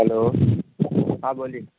hello હા બોલીએ